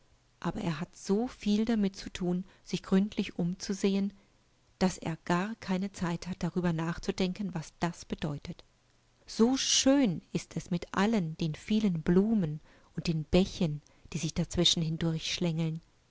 gärtenimlandegegolten demjungenwirdjaeinwenigsonderlichzumutebeiderantwort abererhat so viel damit zu tun sich gründlich umzusehen daß er gar keine zeit hat darübernachzudenken wasdasbedeutet soschönesistmitallendenvielen blumen und den bächen die sich dazwischen